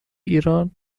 ایران